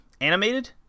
animated